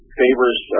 favors